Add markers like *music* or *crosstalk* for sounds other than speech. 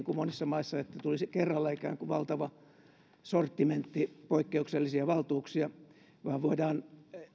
*unintelligible* kuin monissa maissa että tulisi kerralla ikään kuin valtava sortimentti poikkeuksellisia valtuuksia vaan voidaan